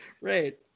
Right